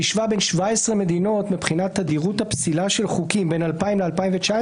שהשווה בין 17 מבחינת תדירות הפסילה של חוקים בין 2000 ל-2019,